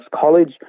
college